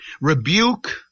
Rebuke